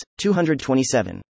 227